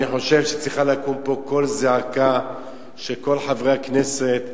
אני חושב שצריך לקום פה קול זעקה של כל חברי הכנסת.